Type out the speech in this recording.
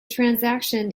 transaction